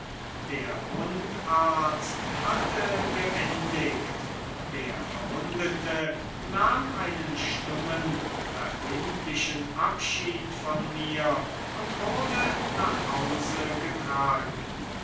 der wundarzt hatte geendigt der verwundete nahm einen stummen verbindlichen abschied von mir und wurde nach hause getragen